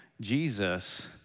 Jesus